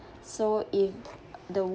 so if the